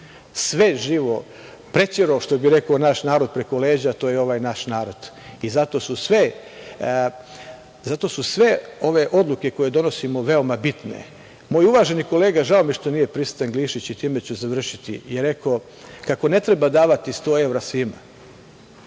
sve živo preterao, što bi rekao naš narod, preko leđa, a to je ovaj naš narod i zato su sve ove odluke koje donosimo veoma bitne. Moj uvaženi kolega, žao mi je što nije prisutan, Glišić, i time ću završiti, je rekao kako ne treba davati 100 evra svima.